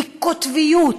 מקוטביות,